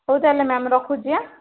ହଉ ତାହେଲେ ମ୍ୟାମ୍ ରଖୁଛି ଏଁ